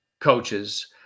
coaches